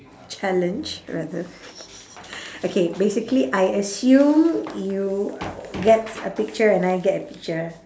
challenge rather okay basically I assume you get a picture and I get a picture